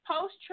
Post